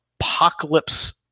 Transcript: Apocalypse